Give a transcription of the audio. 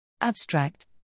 Abstract